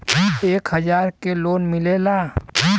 एक हजार के लोन मिलेला?